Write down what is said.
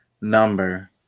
number